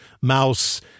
mouse